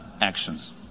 actions